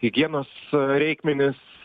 higienos reikmenis